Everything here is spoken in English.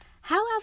However